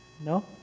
No